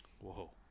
whoa